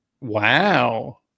Wow